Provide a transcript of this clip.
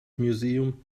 museum